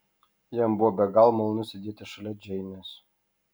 jam buvo be galo malonu sėdėti šalia džeinės